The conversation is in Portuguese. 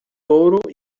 ouro